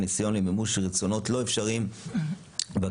ניסיון למימוש רצונות לא אפשריים והגשמת